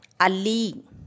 Ali